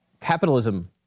capitalism